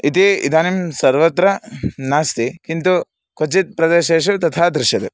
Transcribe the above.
इति इदानीं सर्वत्र नास्ति किन्तु क्वचित् प्रदेशेषु तथा दृश्यते